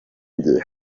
njye